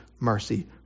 mercy